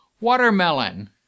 Watermelon